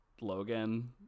Logan